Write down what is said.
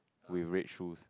with red shoes